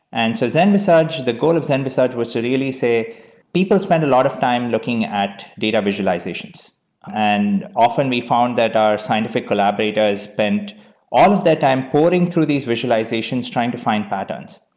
and so the goal of zenvisage was to really say people spend a lot of time looking at data visualizations and often, we found that our scientific collaborators spend all of their time pouring through these visualizations trying to find patterns.